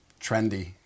trendy